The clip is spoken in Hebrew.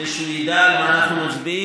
כדי שהוא ידע על מה אנחנו מצביעים